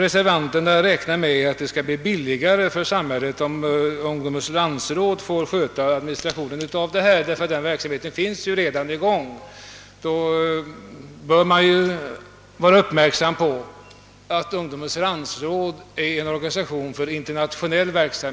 Reservanterna räknar med att det blir bil ligare för samhället om Sveriges ungdomsorganisationers landsråd sköter administrationen av den upplysningsverksamhet det här gäller, detta därför att landsrådet redan har en verksamhet i gång. Då bör man emellertid uppmärksamma att Sveriges ungdomsorganisationers landsråd är en organisation för internationellt arbete.